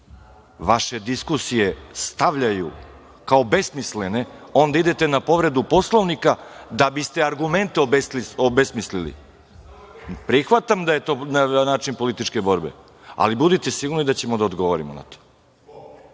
vaše diskusije stavljaju kao besmislene, onda idete na povredu Poslovnika da biste argument obesmislili. Prihvatam da je to način političke borbe, ali budite sigurni da ćemo da odgovorimo na